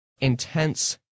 intense